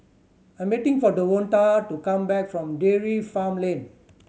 I'm waiting for Devonta to come back from Dairy Farm Lane